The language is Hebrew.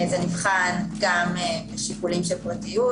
זה נבחן גם משיקולים של פרטיות,